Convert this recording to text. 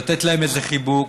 לתת להם איזה חיבוק,